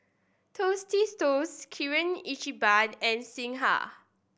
Tostitos Kirin Ichiban and Singha